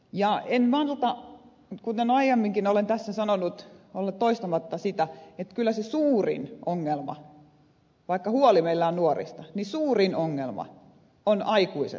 ja en malta kuten aiemminkin olen tässä sanonut olla toistamatta sitä että vaikka huoli meillä on nuorista niin kyllä suurin ongelma on aikuiset alkoholinkäyttäjät